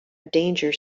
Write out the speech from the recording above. danger